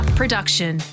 production